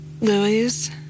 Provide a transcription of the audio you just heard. Louise